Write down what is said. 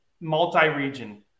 multi-region